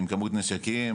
עם כמות נשקים,